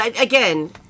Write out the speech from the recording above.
Again